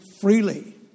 freely